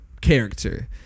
character